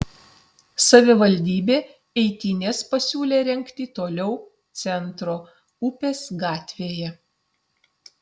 savivaldybė eitynes pasiūlė rengti toliau centro upės gatvėje